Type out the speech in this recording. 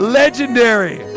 legendary